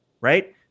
right